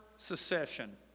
secession